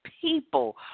people